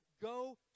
Go